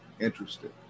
interested